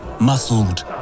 muscled